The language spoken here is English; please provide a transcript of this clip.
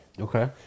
Okay